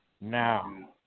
Now